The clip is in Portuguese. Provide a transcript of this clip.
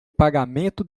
pagamento